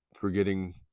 forgetting